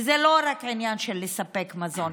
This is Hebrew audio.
וזה לא רק עניין של לספק מזון.